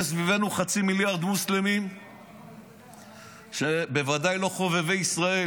יש סביבנו חצי מיליארד מוסלמים שבוודאי לא חובבי ישראל,